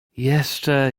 jeszcze